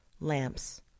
Lamps